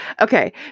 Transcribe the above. Okay